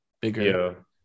bigger